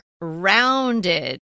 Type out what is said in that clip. rounded